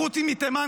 החות'ים מתימן,